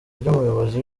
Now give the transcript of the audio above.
ry’umuyobozi